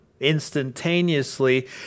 Instantaneously